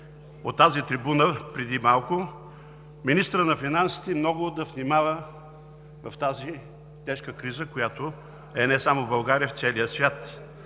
от тази трибуна преди малко: министърът на финансите много да внимава в тази тежка криза, която е не само в България, а и в целия свят.